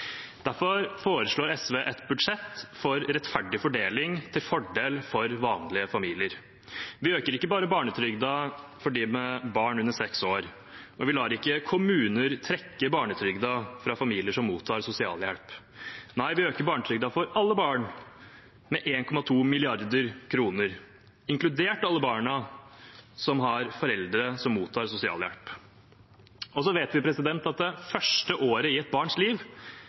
Derfor foreslår SV et budsjett for rettferdig fordeling, til fordel for vanlige familier. Vi øker ikke barnetrygden bare for dem med barn under seks år, og vi lar ikke kommuner trekke barnetrygden fra familier som mottar sosialhjelp, nei, vi øker barnetrygden for alle barn, med 1,2 mrd. kr, inkludert alle barna som har foreldre som mottar sosialhjelp. Vi vet at det første året i et barns liv